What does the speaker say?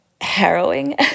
harrowing